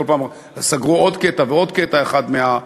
כל פעם סגרו עוד קטע ועוד קטע מהדרך.